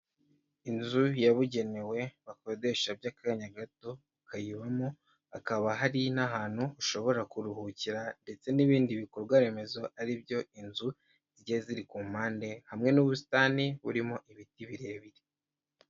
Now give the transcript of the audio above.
Inzu yabugenewe bakodesha by'akanya gato bakayibamo, hakaba hari n'ahantu ushobora kuruhukira ndetse n'ibindi bikorwa remezo ari byo inzu zigiye ziri ku mpande hamwe n'ubusitani burimo ibiti birebire.